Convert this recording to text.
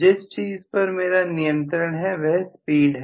जिस चीज पर मेरा नियंत्रण है वह स्पीड है